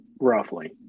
roughly